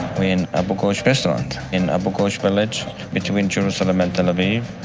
we in abu gosh restaurant, in abu gosh village between jerusalem and tel aviv.